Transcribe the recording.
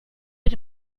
heb